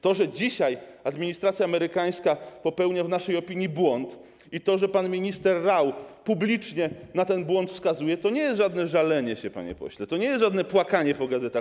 To, że dzisiaj administracja amerykańska popełnia, w naszej opinii, błąd, i to, że pan minister Rau publicznie na ten błąd wskazuje, to nie jest żadne żalenie się, panie pośle, to nie jest żadne płakanie po gazetach.